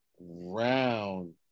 Round